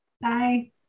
Bye